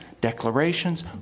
declarations